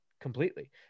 completely